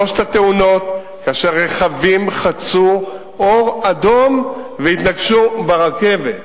כאשר רכבים חצו באור אדום והתנגשו ברכבת.